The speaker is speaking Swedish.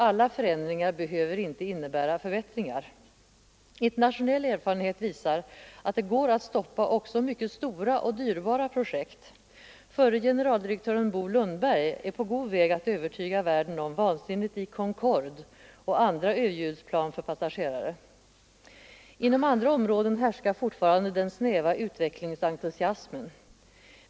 Alla förändringar behöver inte medföra förbättringar. Internationell erfarenhet visar att det går att stoppa också mycket stora och dyrbara projekt. Förre generaldirektören Bo Lundberg är på god väg att övertyga världen om vansinnet med Concord och andra överljudsplan för passagerare. Inom andra områden härskar fortfarande den snäva utvecklingsentusiasmen.